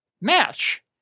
match